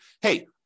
hey